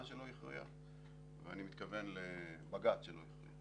שלא הכריע ואני מתכוון לבג"ץ שלא הכריע,